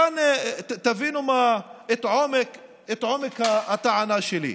תבינו את עומק הטענה שלי.